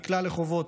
נקלע לחובות.